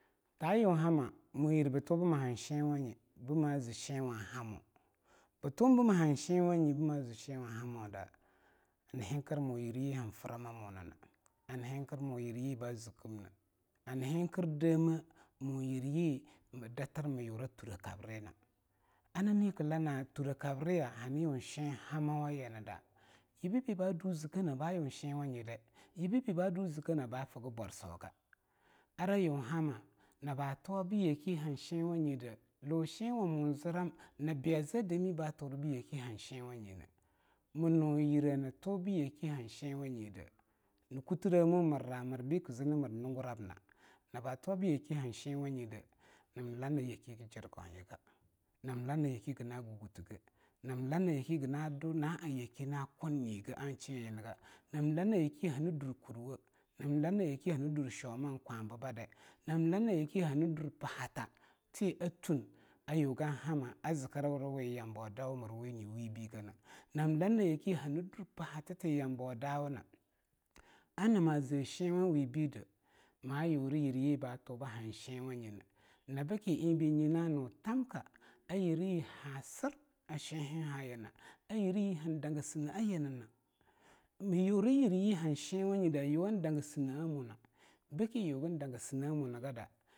Ayun hama muyir bii tuwumbu ma han shenwanye bii ma zii shenwun hamo bii tuwum bu maa han shenwanye bii a zii shenum hamoda nii henkir muyiryi han frama munana hani henkir muyir yii ba zikkimne hani henkir demeh mu yiryii mi datir miyura thurekabrina aa nani kii laana thure kabriya hani yun shen hamawa yina aa yibebi ba du zikkeneh ba ung shenwanyi dai yibebi ba doh zikkeneh baa figi bwarasuga ara yung hamma naba tuwabu yake bii han shenwanyide lun shenwamo zirrem na bea zea a dami ba thuribuh yake han shenwanyine mii uh yire nii tuhbu yake han shenwanyide ii kutiremu mirra mirbi kii zii na mir lungurabna naba tuwa bu yake hanshenwanyide am laa na yake hagi jirgoyiga nam laa na yake hagina guguttigeh nam laa na yake hagina due naa yake na kunyigeh nam laa na yake hani durre kuri wo nam laa na yake hani done shoma ein kwabibadea nam laa na yake hani durre pahattah thi a a yugean hamma a zikirwurawi yambo dau mirwunyi webii geneh nam laana yake hani durre pahattati yambo a dawuna, anama zeah shenwawe bii deah ma yurea yiryi ba thunbu han shenwanyine nyina beakie eingbe nyina nu thamka a yiriyi ha sir a shenhehayinana a ireyi han danga sinneh eah yinana mii yuri yiryi han sheawanyi de a yuwan danga sinnea eah muna.